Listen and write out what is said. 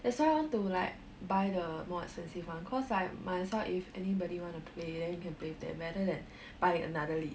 that's why want to like buy the more expensive one cause like might as well if anybody want to play then you can play with them rather than buy another lead